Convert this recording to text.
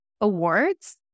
awards